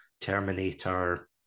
Terminator